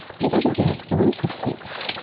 he doesn't get a wink of sleep,